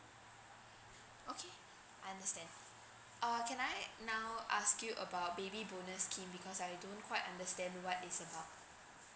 okay I understand err can I now ask you about baby bonus scheme because I don't quite understand what it's about